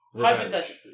Hypothetically